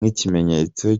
nk’ikimenyetso